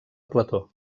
plató